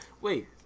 Wait